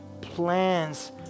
plans